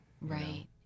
right